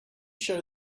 show